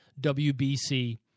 WBC